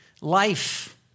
life